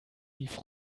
lief